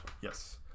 Yes